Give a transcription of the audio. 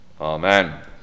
Amen